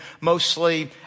mostly